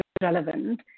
relevant